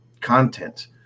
content